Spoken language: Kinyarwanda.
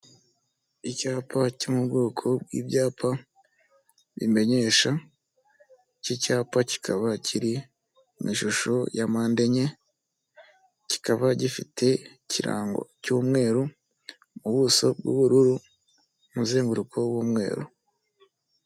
Icyapa cy mu bwoko by'ibyapa bimenyesha iki cyapa kikaba kiri mu ishusho ya mpande enye kikaba gifite ikirango cy'umweru, mu buso bw'ubururu, umuzenguruko w'umweru.